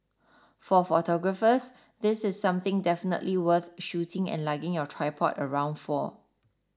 for photographers this is something definitely worth shooting and lugging your tripod around for